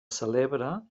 celebra